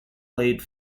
played